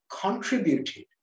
contributed